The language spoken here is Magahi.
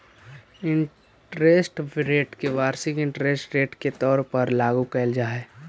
इंटरेस्ट रेट के वार्षिक इंटरेस्ट रेट के तौर पर लागू कईल जा हई